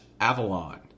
Avalon